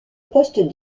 poste